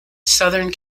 southern